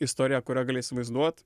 istoriją kurią gali įsivaizduot